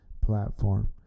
platform